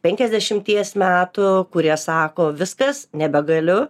penkiasdešimties metų kurie sako viskas nebegaliu